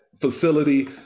facility